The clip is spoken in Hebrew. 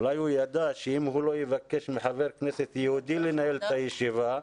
אולי הוא ידע שאם הוא לא יבקש מחבר כנסת יהודי לנהל את הישיבה,